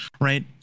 right